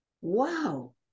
Wow